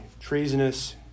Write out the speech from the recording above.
treasonous